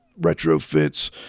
retrofits